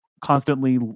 constantly